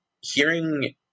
hearing